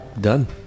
Done